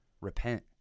Repent